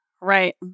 Right